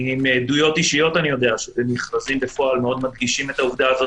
מעדויות אישיות אני יודע שבמכרזים בפועל מאוד מדגישים את העובדה הזאת,